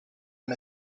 him